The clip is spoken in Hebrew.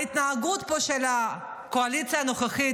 ההתנהגות פה של הקואליציה הנוכחית,